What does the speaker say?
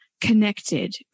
connected